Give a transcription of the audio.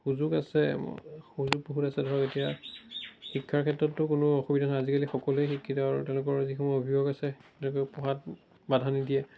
সুযোগ আছে সুযোগ বহুত আছে ধৰক এতিয়া শিক্ষাৰ ক্ষেত্ৰতটো কোনো অসুবিধা নাই আজিকালি সকলোৱেই শিক্ষিত আৰু তেওঁলোকৰ যিসমূহ অভিভাৱক আছে তেওঁলোকে পঢ়াত বাধা নিদিয়ে